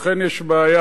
אכן יש בעיה,